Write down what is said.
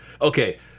okay